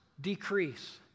decrease